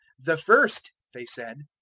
the first, they said.